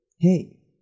Hey